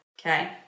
Okay